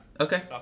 Okay